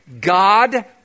God